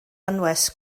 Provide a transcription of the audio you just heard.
anwes